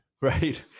Right